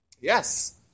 Yes